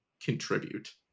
contribute